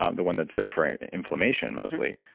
um the one that's there for inflammation mostly.